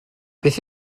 beth